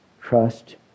trust